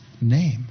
name